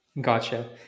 Gotcha